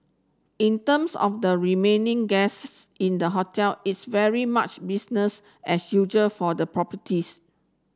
in terms of the remaining guests in the hotel it's very much business as usual for the properties